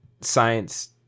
science